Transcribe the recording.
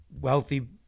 wealthy